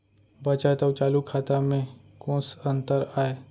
बचत अऊ चालू खाता में कोस अंतर आय?